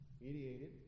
mediated